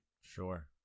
Sure